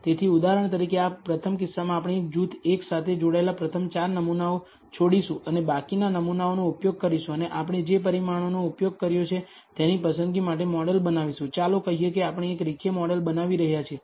તેથી ઉદાહરણ તરીકે આ પ્રથમ કિસ્સામાં આપણે જૂથ એક સાથે જોડાયેલા પ્રથમ 4 નમૂનાઓ છોડીશું અને બાકીના નમૂનાઓનો ઉપયોગ કરીશું અને આપણે જે પરિમાણોનો ઉપયોગ કર્યો છે તેની પસંદગી માટે મોડેલ બનાવીશું ચાલો કહીએ કે આપણે એક રેખીય મોડેલ બનાવી રહ્યા છીએ